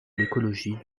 l’écologie